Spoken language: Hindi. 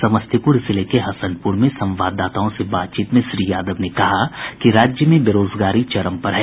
समस्तीपुर जिले के हसनपुर में संवाददाताओं से बातचीत में श्री यादव ने कहा कि राज्य में बेरोजगारी चरम पर है